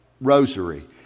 rosary